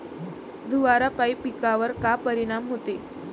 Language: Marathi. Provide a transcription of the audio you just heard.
धुवारापाई पिकावर का परीनाम होते?